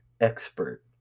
expert